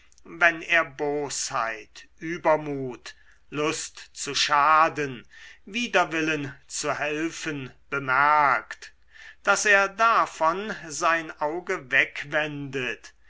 wenn er bosheit übermut lust zu schaden widerwillen zu helfen bemerkt daß er davon sein auge wegwendet